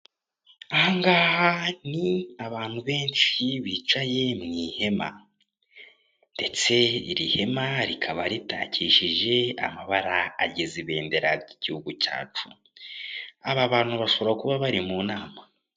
Ahangaha ni amabantu benshi bicaye mu ihema, ndetse iri hema rikaba ritakishijwe amabara agize ibendera ry'igihugu cyacu, aba bantu bashobora kuba bari mu nama.